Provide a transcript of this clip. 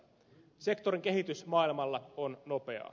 sektorin kehitys maailmalla on nopeaa